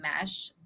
mesh